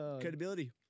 credibility